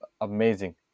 amazing